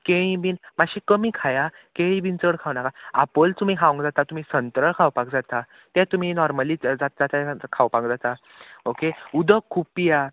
केळीं बीन मातशी कमी खाया केळी बीन चड खावं नाका आपोल तुमी खावंक जाता तुमी संत्रां खावपाक जाता तें तुमी नॉर्मली जाता तें खावपाक जाता ओके उदक खूप पिया